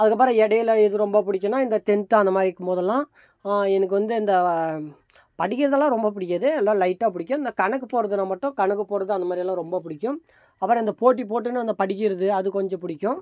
அதுக்கப்புறம் இடைல எது ரொம்ப புடிக்குன்னா இந்த டென்த்து அந்த மாதிரி இருக்கும்போதெல்லாம் எனக்கு வந்து அந்த படிக்கிறதெல்லாம் ரொம்ப பிடிக்காது எல்லாம் லைட்டாக பிடிக்கும் இந்த கணக்கு போடுவதுனா மட்டும் கணக்கு போடுவது அந்தமாதிரியெல்லாம் ரொம்ப பிடிக்கும் அப்புறம் இந்த போட்டி போட்டுன்னு படிக்கிறது அது கொஞ்சம் பிடிக்கும்